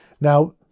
Now